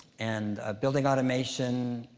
and building automation.